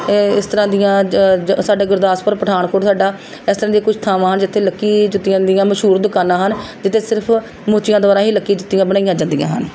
ਇਸ ਤਰ੍ਹਾਂ ਦੀਆਂ ਜ ਸਾਡੇ ਗੁਰਦਾਸਪੁਰ ਪਠਾਨਕੋਟ ਸਾਡਾ ਇਸ ਤਰ੍ਹਾਂ ਦੀਆਂ ਕੁਝ ਥਾਵਾਂ ਹਨ ਜਿੱਥੇ ਲੱਕੀ ਜੁੱਤੀਆਂ ਦੀਆਂ ਮਸ਼ਹੂਰ ਦੁਕਾਨਾਂ ਹਨ ਜਿੱਥੇ ਸਿਰਫ਼ ਮੋਚੀਆਂ ਦੁਆਰਾ ਹੀ ਲੱਕੀ ਜੁੱਤੀਆਂ ਬਣਾਈਆਂ ਜਾਂਦੀਆਂ ਹਨ